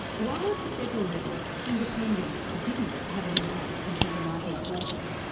while at the federal level, independents didn't have an impact until the nineteen forty s,